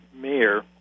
mayor